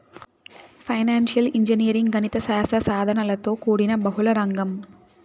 financial engineering గణిత శాస్త్ర సాధనలతో కూడిన బహుళ రంగం